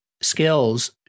skills